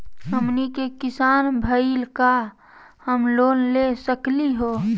हमनी के किसान भईल, का हम लोन ले सकली हो?